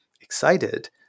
excited